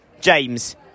James